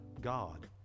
God